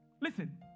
Listen